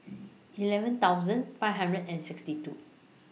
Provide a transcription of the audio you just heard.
eleven thousand five hundred and sixty two